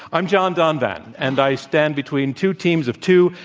i'm john donvan, and i stand between two teams of two